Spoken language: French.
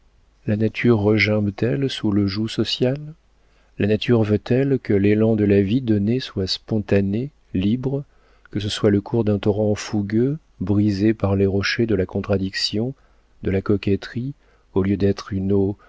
la nature regimbe t elle sous le joug social la nature veut-elle que l'élan de la vie donnée soit spontané libre que ce soit le cours d'un torrent fougueux brisé par les rochers de la contradiction de la coquetterie au lieu d'être